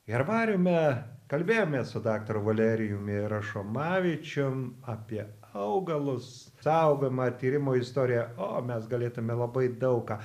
herbariume kalbėjomės su daktaru valerijum rašomavičium apie augalus saugomą tyrimo istoriją o mes galėtume labai daug ką